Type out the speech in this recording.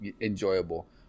enjoyable